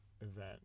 event